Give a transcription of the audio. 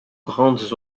grandes